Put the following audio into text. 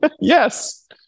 Yes